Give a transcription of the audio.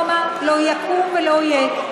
הוא אמר: לא יקום ולא יהיה.